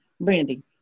Brandy